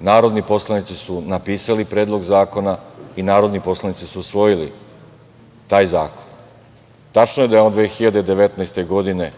narodni poslanici su napisali Predlog zakona i narodni poslanici su usvojili taj zakon. Tačno je da je on 2019. godine